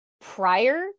prior